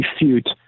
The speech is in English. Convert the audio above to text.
refute